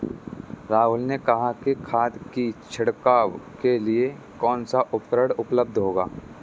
राहुल ने कहा कि खाद की छिड़काव के लिए कौन सा उपकरण उपलब्ध है?